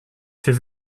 fait